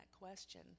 question